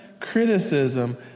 criticism